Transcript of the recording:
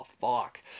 fuck